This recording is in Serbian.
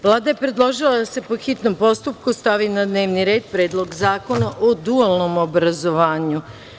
Vlada je predložila da se, po hitnom postupku, stavi na dnevni red Predlog zakona o dualnom obrazovanju.